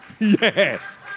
Yes